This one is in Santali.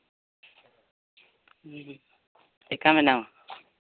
ᱪᱮᱫᱞᱮᱠᱟ ᱢᱮᱱᱟᱢᱟ